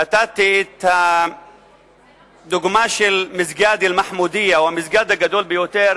נתתי את מסגד אל-מחמודיה, הוא המסגד הגדול ביותר